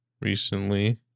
recently